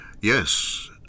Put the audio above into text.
Yes